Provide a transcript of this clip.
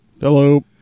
Hello